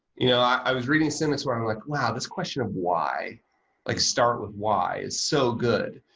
yeah i was reading sinek's where i'm like, wow. this question of why like start with why is so good,